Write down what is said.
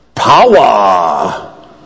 Power